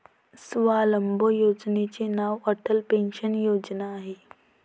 स्वावलंबन योजनेचे नाव अटल पेन्शन योजना आहे